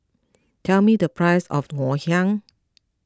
tell me the price of Ngoh Hiang